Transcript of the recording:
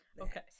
Okay